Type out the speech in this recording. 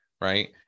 right